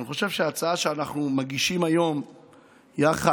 אני חושב שההצעה שאנחנו מגישים היום יחד,